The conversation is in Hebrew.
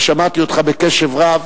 ושמעתי אותך בקשב רב,